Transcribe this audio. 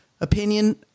opinion